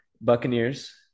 Buccaneers